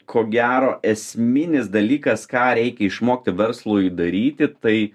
ko gero esminis dalykas ką reikia išmokti verslui daryti tai